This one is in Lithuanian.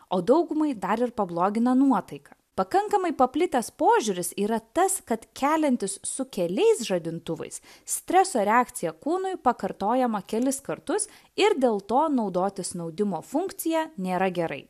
o daugumai dar ir pablogina nuotaiką pakankamai paplitęs požiūris yra tas kad keliantis su keliais žadintuvais streso reakcija kūnui pakartojama kelis kartus ir dėl to naudoti snaudimo funkcija nėra gerai